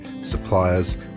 suppliers